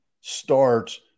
starts